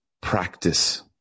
practice